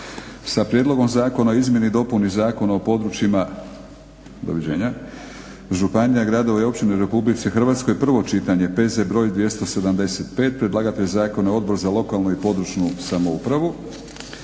- Prijedlog Zakona o izmjeni i dopuni Zakona o područjima županija, gradova i općina u Republici Hrvatskoj, prvo čitanje, P.Z. br. 275 Predlagatelj zakona je Odbor za lokalnu i područnu samoupravu.